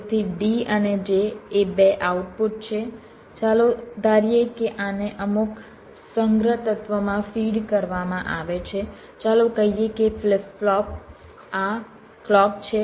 તેથી D અને J એ 2 આઉટપુટ છે ચાલો ધારીએ કે આને અમુક સંગ્રહ તત્વમાં ફીડ કરવામાં આવે છે ચાલો કહીએ કે ફ્લિપ ફ્લોપ આ ક્લૉક છે